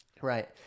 Right